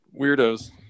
weirdos